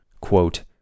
quote